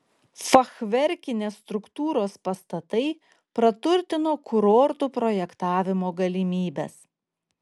fachverkinės struktūros pastatai praturtino kurortų projektavimo galimybes